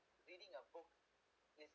reading a book this